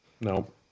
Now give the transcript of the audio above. no